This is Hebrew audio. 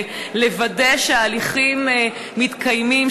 לוודא שההליכים מתקיימים,